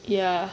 ya